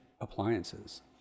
appliances